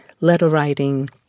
letter-writing